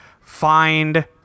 find